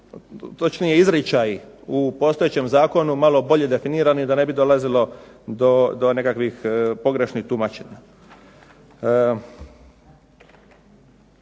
točnije izričaji u postojećem zakonu malo bolje definirani da ne bi dolazilo do nekakvih pogrešnih tumačenja.